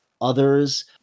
others